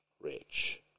Rich